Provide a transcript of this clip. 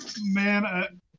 man